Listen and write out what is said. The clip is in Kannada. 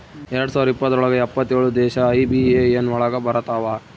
ಎರಡ್ ಸಾವಿರದ ಇಪ್ಪತ್ರೊಳಗ ಎಪ್ಪತ್ತೇಳು ದೇಶ ಐ.ಬಿ.ಎ.ಎನ್ ಒಳಗ ಬರತಾವ